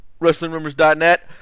WrestlingRumors.net